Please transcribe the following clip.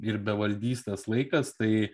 ir bevaldystės laikas tai